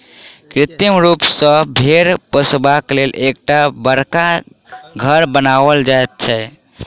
कृत्रिम रूप सॅ भेंड़ पोसबाक लेल एकटा बड़का घर बनाओल जाइत छै